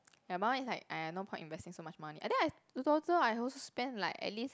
my mum is like !aiya! no point investing so much money I think I total I also spend like at least